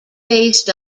based